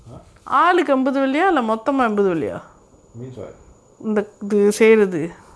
ah means what